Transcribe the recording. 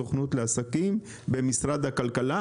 יחד עם הסוכנות לעסקים במשרד הכלכלה.